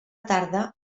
tarda